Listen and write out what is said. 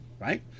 right